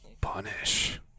Punish